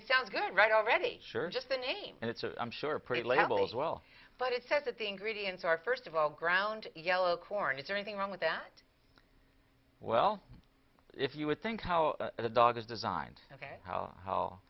it sounds good right already sure just the name and it's a i'm sure pretty label as well but it says that the ingredients are first of all ground yellow corn is there anything wrong with that well if you would think how the dog is designed and how